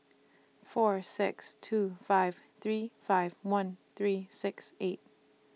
four six two five three five one three six eight